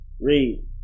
Read